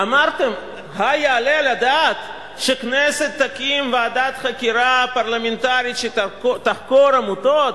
אמרתם: היעלה על הדעת שהכנסת תקים ועדת חקירה פרלמנטרית שתחקור עמותות?